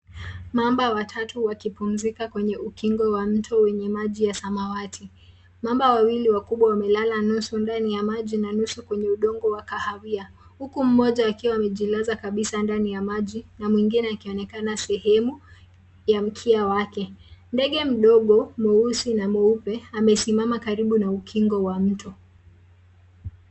Mamba watatu wakipumzika kwenye ukingo wa mto wenye maji ya samawati. Mamba wawili wakubwa wamelala nusu ndani ya maji na nusu kwenye udongo wa kahawia huku mmoja akiwa amejilaza kabisa ndani ya maji na mwingine akionekana sehemu ya mkia wake. Ndege mdogo mweusi na mweupe amesimama karibu na ukingo wa mto.